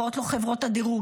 אומרות לו חברות הדירוג,